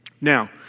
Now